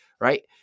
right